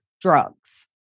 drugs